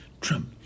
Trump